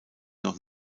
noch